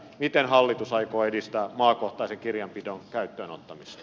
miten hallitus aikoo edistää maakohtaisen kirjanpidon käyttöön ottamista